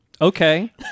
Okay